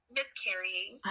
miscarrying